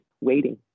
waiting